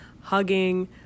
hugging